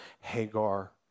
Hagar